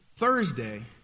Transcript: Thursday